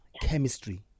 chemistry